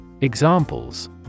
Examples